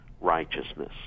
righteousness